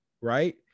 Right